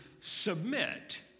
submit